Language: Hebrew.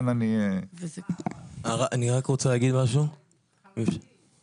הסיכום לגבי ועדת החריגים.